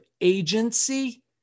agency